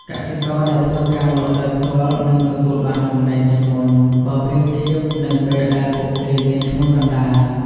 កសិករដែលធ្វើការលក់ដោយផ្ទាល់នឹងទទួលបានចំណេញជាងមុន បើប្រៀបធៀបនឹងពេលដែលពួកគេមានឈ្មួញកណ្ដាល។